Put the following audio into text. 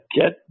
get